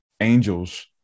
angels